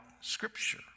scripture